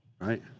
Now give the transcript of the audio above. Right